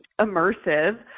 immersive